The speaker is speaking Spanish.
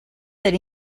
del